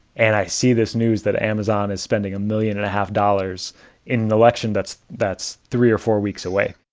and i see this news that amazon is spending a million and a half dollars in the election that's that's three or four weeks away.